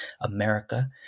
America